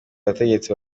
abategetsi